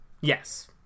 Yes